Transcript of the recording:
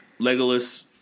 Legolas